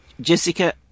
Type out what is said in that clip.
jessica